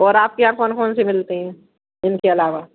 और आपके यहाँ कौन कौन से मिलते हैं इनके अलावा